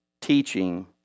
teaching